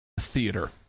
theater